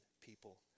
people